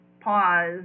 pause